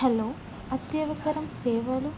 hello అత్యవసర సేవలు